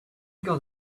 got